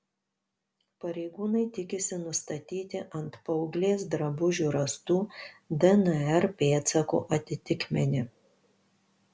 pareigūnai tikisi nustatyti ant paauglės drabužių rastų dnr pėdsakų atitikmenį